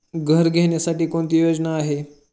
घर घेण्यासाठी कोणती योजना आहे?